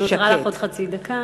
נשארה לך עוד חצי דקה.